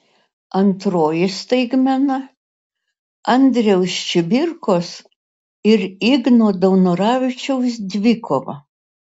antroji staigmena andriaus čibirkos ir igno daunoravičiaus dvikova